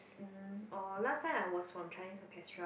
um oh last time I was from Chinese Orchestra